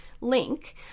link